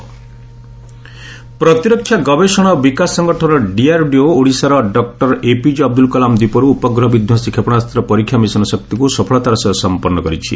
DRDO satellite ପ୍ରତିରକ୍ଷା ଗବେଷଣା ଓ ବିକାଶ ସଂଗଠନ ଡିଆରଡିଓ ଓଡିଶାର ଡକ୍କର ଏପିଜେ ଅବଦୁଲ କଲାମ ଦ୍ୱୀପରୁ ଉପଗ୍ରହ ବିଧ୍ୱଂସି କ୍ଷେପଣାସ୍ତ ପରୀକ୍ଷା ମିଶନ ଶକ୍ତିକୁ ସଫଳତାର ସହ ସମ୍ପନ୍ନ କରିଛି